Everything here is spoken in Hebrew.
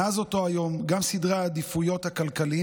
מאז אותו היום גם סדרי העדיפויות הכלכליים